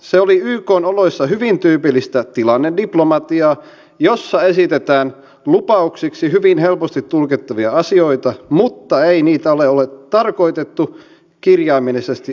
se oli ykn oloissa hyvinkin tyypillistä tilannediplomatiaa jossa esitetään lupauksiksi hyvin helposti tulkittavia asioita mutta ei niitä ole tarkoitettu kirjaimellisesti otettaviksi